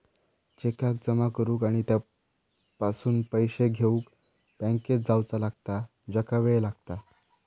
चेकाक जमा करुक आणि त्यापासून पैशे घेउक बँकेत जावचा लागता ज्याका वेळ लागता